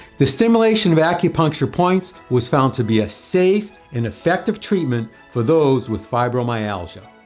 the stimulation of acupuncture points was found to be a safe and effective treatment for those with fibromyalgia.